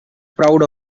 proud